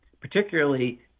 particularly